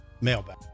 Mailbag